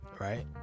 Right